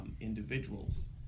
individuals